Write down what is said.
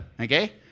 okay